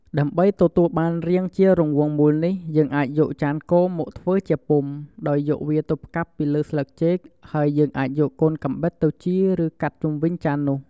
ដើម្បីទទួលបានរាងជារង្វង់មូលនេះ យើងអាចយកចានគោម មកធ្វើជាពុម្ព ដោយយកវាទៅផ្កាប់លើស្លឹកចេក ហើយយើងអាចយកកូនកាំបិតទៅជៀរ ឬកាត់ជុំវិញចាននោះ។